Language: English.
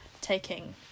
taking